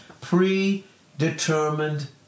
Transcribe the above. predetermined